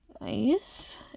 Nice